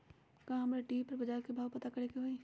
का हमरा टी.वी पर बजार के भाव पता करे के होई?